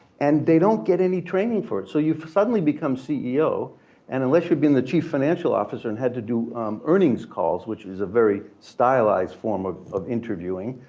and they don't get any training for it. so you've suddenly become ceo and unless you've been the chief financial officer and had to do earnings calls, which is a very stylized form of of interviewing,